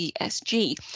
ESG